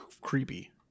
creepy